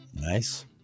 nice